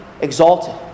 exalted